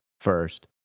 first